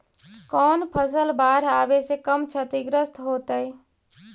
कौन फसल बाढ़ आवे से कम छतिग्रस्त होतइ?